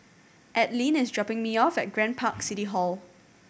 Adline is dropping me off at Grand Park City Hall